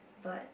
but